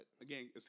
again